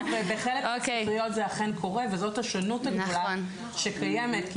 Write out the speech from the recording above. ובחלק מהספריות זה אכן קורה וזאת השונות הגדולה שקיימת.